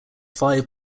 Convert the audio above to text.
five